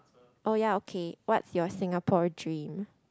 oh ya okay what's your Singapore dream